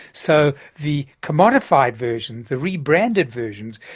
so, the commodified version, the rebranded versions,